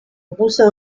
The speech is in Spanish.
puso